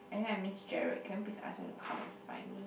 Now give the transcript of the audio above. anyway I miss Jerad can you please ask him to come and find me